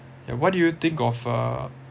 yeah what do you think of uh